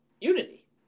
unity